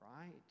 right